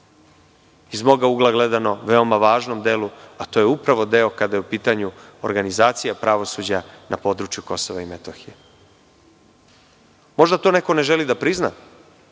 iz mog ugla gledano, veoma važnom delu, a to je upravo deo kada je u pitanju organizacija pravosuđa na području Kosova i Metohije. Možda to neko ne želi da prizna,